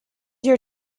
your